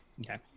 Okay